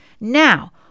Now